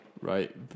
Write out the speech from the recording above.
Right